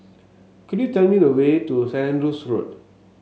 could you tell me the way to Saint Andrew's Road